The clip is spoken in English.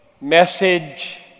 message